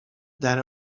that